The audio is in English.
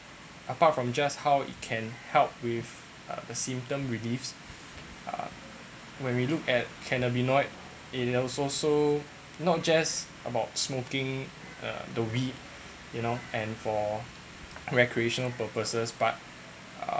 apart from just how it can help with the symptom reliefs when we look at cannabinoid in also so not just about smoking uh the weed you know and for recreational purposes but err